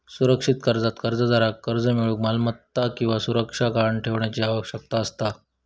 सुरक्षित कर्जात कर्जदाराक कर्ज मिळूक मालमत्ता किंवा सुरक्षा गहाण ठेवण्याची आवश्यकता असता